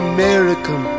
American